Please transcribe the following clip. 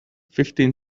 fifteen